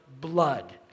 blood